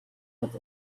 with